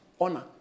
Honor